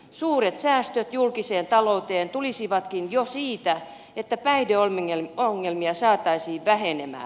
suuret säästöt julkiseen talouteen tulisivatkin jo siitä että päihdeongelmia saataisiin vähenemään